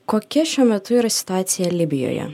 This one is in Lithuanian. kokia šiuo metu yra situacija libijoje